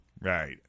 Right